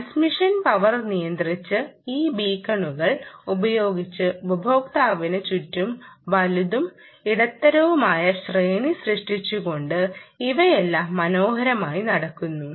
transmission power നിയന്ത്രിച്ച് ഈ ബീക്കണുകൾ ഉപയോഗിച്ച് ഉപയോക്താവിന് ചുറ്റും വലുതും ഇടത്തരവുമായ ശ്രേണി സൃഷ്ടിച്ചുകൊണ്ട് ഇവയെല്ലാം മനോഹരമായി നടക്കുന്നു